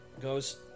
goes